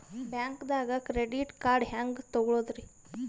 ಬ್ಯಾಂಕ್ದಾಗ credit card ಹೆಂಗ್ ತಗೊಳದ್ರಿ?